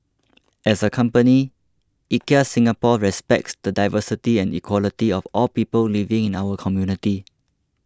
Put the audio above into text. as a company IKEA Singapore respects the diversity and equality of all people living in our community